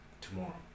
tomorrow